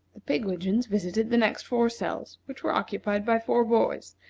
the pigwidgeons visited the next four cells, which were occupied by four boys,